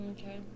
Okay